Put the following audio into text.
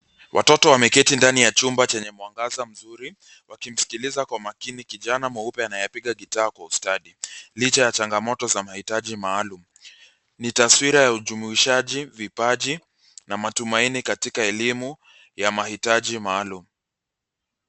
Watoto wameketi ndani ya chumba chenye mwangaza mzuri, wakimsikiliza kwa makini kijana mweupe anayepiga gitaa kwa ustadi licha ya changamoto za mahitaji maalum. Ni taswira ya ujumuishaji, vipaji na matumaini katika elimu ya mahitaji maalum.